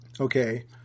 Okay